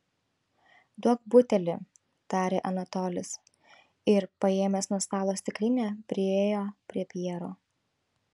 duok butelį tarė anatolis ir paėmęs nuo stalo stiklinę priėjo prie pjero